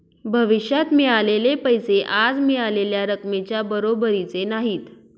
भविष्यात मिळालेले पैसे आज मिळालेल्या रकमेच्या बरोबरीचे नाहीत